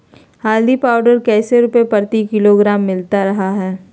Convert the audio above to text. हल्दी पाउडर कैसे रुपए प्रति किलोग्राम मिलता रहा है?